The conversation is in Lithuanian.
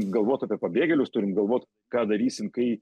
galvot apie pabėgėlius turim galvot ką darysim kai